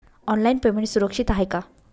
Online payment सुरक्षित आहे का?